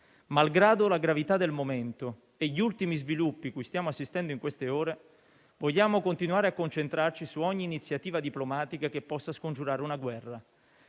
Malgrado la gravità del momento e gli ultimi sviluppi cui stiamo assistendo in queste ore, vogliamo continuare a concentrarci su ogni iniziativa diplomatica che possa scongiurare una guerra;